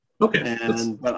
Okay